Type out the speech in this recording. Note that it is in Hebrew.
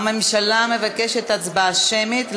הממשלה מבקשת הצבעה שמית.